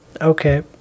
Okay